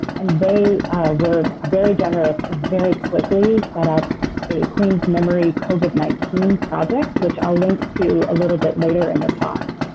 and they were very generous, and very quickly set up a queens memory covid nineteen project, which i will link to a little bit later in the talk.